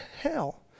hell